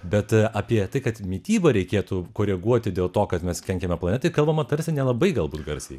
bet apie tai kad mitybą reikėtų koreguoti dėl to kad mes kenkiame planetai kalbama tarsi nelabai galbūt garsiai